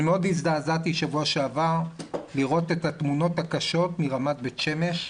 הזדעזעתי בשבוע שעבר לראות את התמונות הקשות מרמת בית שמש,